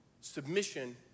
submission